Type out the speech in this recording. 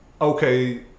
okay